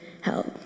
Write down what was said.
help